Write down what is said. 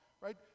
right